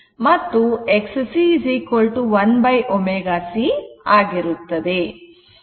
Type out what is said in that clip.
ಮತ್ತು Xc 1 ω c ಆಗಿರುತ್ತದೆ